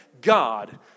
God